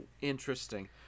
interesting